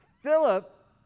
Philip